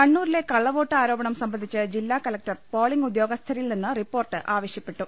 കണ്ണൂരിലെ കളളവോട്ട് ആരോപ്പണം സംബന്ധിച്ച് ജില്ലാക ലക്ടർ പോളിംഗ് ഉദ്യോഗസ്ഥ്രിൽ നിന്ന് റിപ്പോർട്ട് ആവ ശ്യപ്പെട്ടു